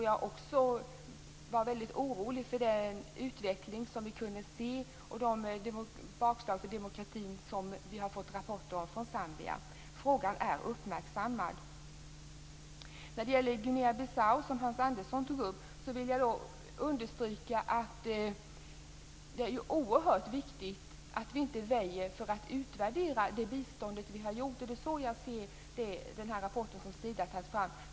Jag var väldigt orolig för den utveckling som vi kunde se och de bakslag för demokratin som vi har fått rapporter om från Zambia. Frågan är uppmärksammad. När det gäller Guinea Bissau, som Hans Andersson berörde, vill jag understryka att det är oerhört viktigt att vi inte väjer för att utvärdera det bistånd som har givits. Det är så jag ser den rapport som Sida har tagit fram.